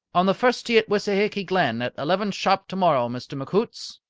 on the first tee at wissahicky glen at eleven sharp tomorrow, mr. mchoots.